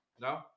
no